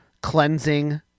cleansing